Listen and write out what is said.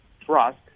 trust